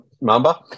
mamba